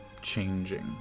changing